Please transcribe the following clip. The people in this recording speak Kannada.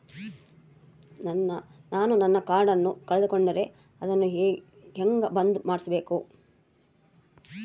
ನಾನು ನನ್ನ ಕಾರ್ಡನ್ನ ಕಳೆದುಕೊಂಡರೆ ಅದನ್ನ ಹೆಂಗ ಬಂದ್ ಮಾಡಿಸಬೇಕು?